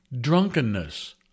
drunkenness